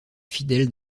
fidèles